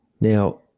Now